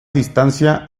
distancia